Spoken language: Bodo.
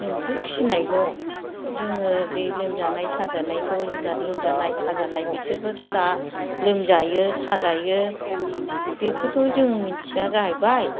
आंथ' फिसिनायल' जोङो बे लोमजानाय साजानायखौ जुनाद लोमजानाय साजानाय बिसोरबोथ' दा लोमजायो साजायो बेखौथ' जों मिन्थिया जाहैबाय